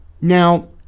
Now